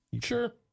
Sure